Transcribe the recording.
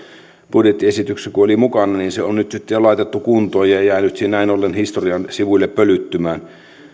budjettiesityksessä kun se oli mukana se on nyt sitten jo laitettu kuntoon ja ja jäänyt näin ollen historian sivuille pölyttymään